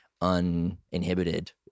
uninhibited